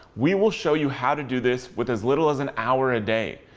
we will show you how to do this with as little as an hour a day.